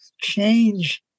change